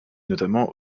notamment